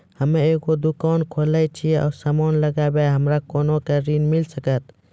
हम्मे एगो दुकान खोलने छी और समान लगैबै हमरा कोना के ऋण मिल सकत?